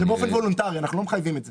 זה באופן וולונטרי, אנחנו לא מחייבים את זה.